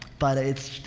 but it's,